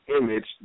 image